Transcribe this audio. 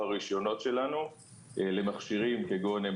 בהקצאת המכשירים.